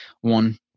one